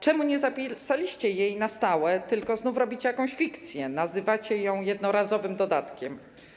Czemu nie zapisaliście jej na stałe, tylko znów robicie, kreujecie jakąś fikcję i nazywacie ją jednorazowym dodatkiem?